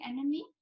enemy